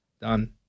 Done